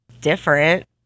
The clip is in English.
different